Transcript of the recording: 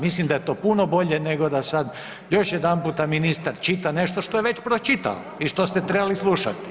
Mislim da je to puno bolje nego da sad još jedanputa ministar čita nešto što je već pročitao i što ste trebali slušati.